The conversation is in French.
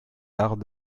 arts